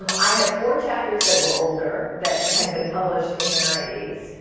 um i had four chapters that were older that had been published in the ninety s.